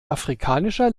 afrikanischer